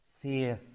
Faith